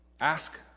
Ask